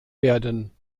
werden